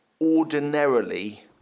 ordinarily